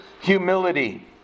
humility